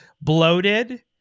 bloated